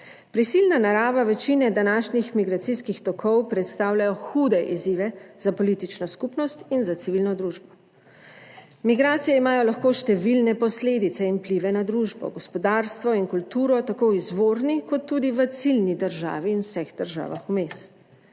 prisilna narava večine današnjih migracijskih tokov predstavljajo hude izzive za politično skupnost in za civilno družbo. Migracije imajo lahko številne posledice in vplive na družbo, gospodarstvo in kulturo, tako v izvorni, kot tudi v ciljni državi in v vseh državah vmes.